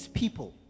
people